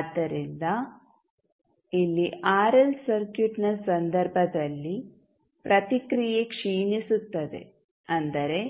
ಆದ್ದರಿಂದ ಇಲ್ಲಿ ಆರ್ಎಲ್ ಸರ್ಕ್ಯೂಟ್ನ ಸಂದರ್ಭದಲ್ಲಿ ಪ್ರತಿಕ್ರಿಯೆ ಕ್ಷೀಣಿಸುತ್ತದೆ ಅಂದರೆ